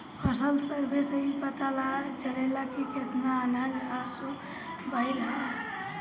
फसल सर्वे से इ पता चलेला की केतना अनाज असो भईल हवे